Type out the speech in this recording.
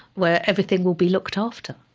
where everything will be looked after.